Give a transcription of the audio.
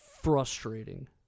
frustrating